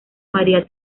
maría